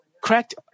cracked